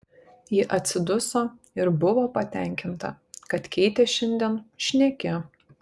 ji atsiduso ir buvo patenkinta kad keitė šiandien šneki